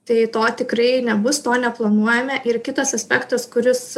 tai to tikrai nebus to neplanuojame ir kitas aspektas kuris